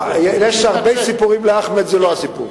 יש הרבה סיפורים לאחמד, זה לא הסיפור.